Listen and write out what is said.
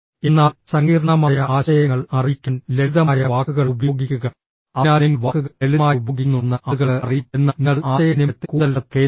എന്നാൽ സങ്കീർണ്ണമായ ആശയങ്ങൾ അറിയിക്കാൻ ലളിതമായ വാക്കുകൾ ഉപയോഗിക്കുക അതിനാൽ നിങ്ങൾ വാക്കുകൾ ലളിതമായി ഉപയോഗിക്കുന്നുണ്ടെന്ന് ആളുകൾക്ക് അറിയാം എന്നാൽ നിങ്ങൾ ആശയവിനിമയത്തിൽ കൂടുതൽ ശ്രദ്ധ കേന്ദ്രീകരിക്കുന്നു